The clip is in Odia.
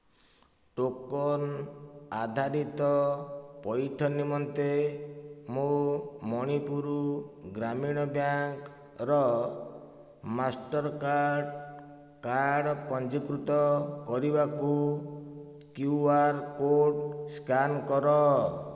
ଟୋକନ ଆଧାରିତ ପଇଠ ନିମନ୍ତେ ମୋ ମଣିପୁର ଗ୍ରାମୀଣ ବ୍ୟାଙ୍କର ମାଷ୍ଟର୍କାର୍ଡ଼ କାର୍ଡ଼ ପଞ୍ଜୀକୃତ କରିବାକୁ କ୍ୟୁ ଆର୍ କୋଡ଼ ସ୍କାନ କର